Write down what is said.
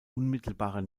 unmittelbarer